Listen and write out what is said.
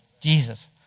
Jesus